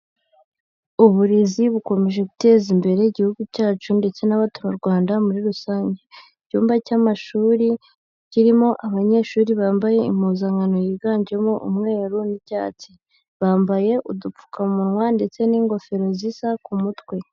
Uburezi bukomeje guteza imbere Igihugu cyacu ndetse n'abaturarwanda muri rusange. Icyumba cy'amashuri kirimo abanyeshuri bambaye impuzankano yiganjemo umweru n'icyatsi, bambaye udupfukamunwa ndetse n'ingofero zisa ku mutwe.